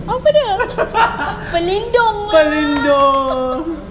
apa dia pelindung lah